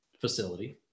facility